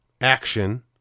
action